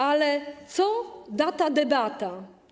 Ale co da ta debata?